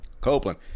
Copeland